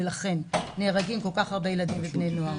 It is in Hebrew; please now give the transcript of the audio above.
ולכן נהרגים כל כך הרבה ילדים ובני נוער.